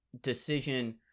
decision –